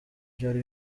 byari